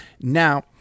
Now